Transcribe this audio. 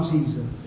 Jesus